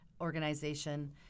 Organization